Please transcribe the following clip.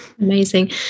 Amazing